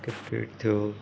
cricket थियो